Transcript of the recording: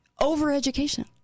Over-education